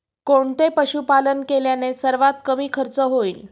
कोणते पशुपालन केल्याने सर्वात कमी खर्च होईल?